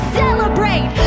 celebrate